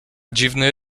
dziwny